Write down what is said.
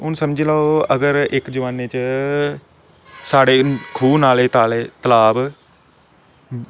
हून समझी लैओ की अगर इक्क जमानै च साढ़े खूह् नाले तलाब